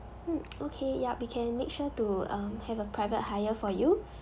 mm okay yup we can make sure to um have a private hire for you